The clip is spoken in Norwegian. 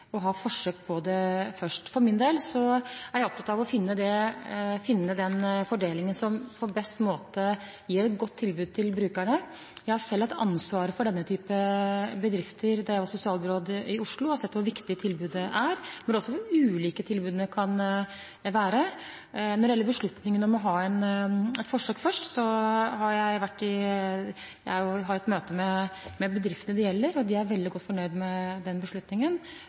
ha forsøk med det først. For min del er jeg opptatt av å finne den fordelingen som på best måte gir et godt tilbud til brukerne. Jeg har selv hatt ansvaret for denne typen bedrifter da jeg var sosialbyråd i Oslo, og har sett hvor viktig tilbudet er, men også hvor ulike tilbudene kan være. Når det gjelder beslutningen om å ha et forsøk først, har jeg vært i møte med de bedriftene det gjelder, og de er veldig godt fornøyd med den beslutningen.